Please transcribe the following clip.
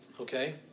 okay